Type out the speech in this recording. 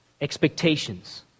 expectations